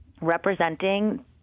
representing